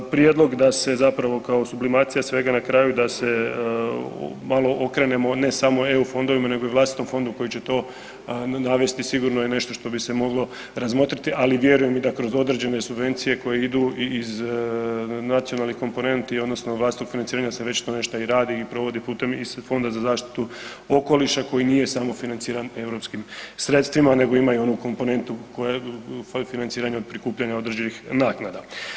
Prijedlog da se zapravo kao sublimacija svega na kraju, da se malo okrenemo ne samo EU fondovima nego i vlastitom fondu koji će to navesti, sigurno je nešto što bi se moglo razmotriti ali vjerujem i da kroz određene subvencije koje idu i iz nacionalnih komponenti odnosno ... financiranja se vječito nešto i radi i provodi putem iz Fonda za zaštitu okoliša koji nije samo financiran europskim sredstvima nego ima i onu komponentu koja ... financiranja prikupljanja određenih naknada.